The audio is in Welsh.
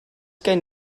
gen